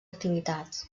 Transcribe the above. activitats